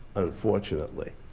unfortunately.